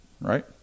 right